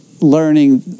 learning